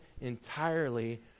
entirely